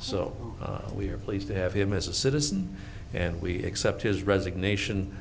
so we are pleased to have him as a citizen and we accept his resignation